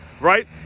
Right